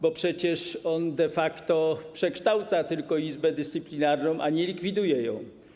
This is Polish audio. Bo przecież on de facto przekształca tylko Izbę Dyscyplinarną, nie likwiduje jej.